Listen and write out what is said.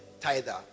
tither